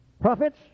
prophets